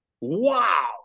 Wow